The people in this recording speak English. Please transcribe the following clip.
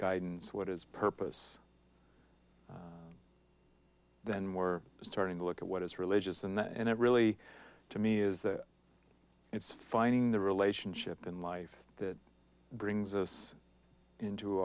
guidance what is purpose then we're starting to look at what is religious and and it really to me is that it's finding the relationship in life that brings us into